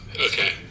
okay